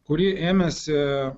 kuri ėmėsi